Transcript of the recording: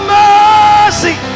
mercy